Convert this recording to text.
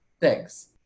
thanks